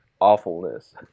awfulness